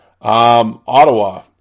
Ottawa